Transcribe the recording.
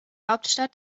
hauptstadt